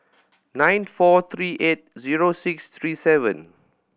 eight four three eight zero six three seven